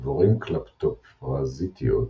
דבורים קלפטופרזיטיות